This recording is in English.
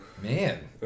Man